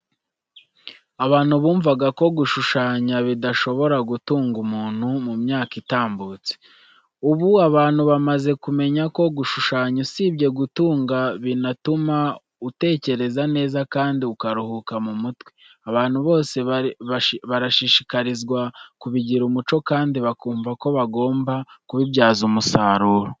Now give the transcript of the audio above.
Abantu bumvaga ko gushushanya bidashobora gutunga umuntu mu myaka itambutse. Ubu abantu bamaze kumenya ko gushushanya usibye kugutunga, binatuma utekereza neza kandi ukaruhuka mu mutwe. Abantu bose barashishikarizwa kubigira umuco kandi bakumva ko bagomba kubibyaza umusaruro.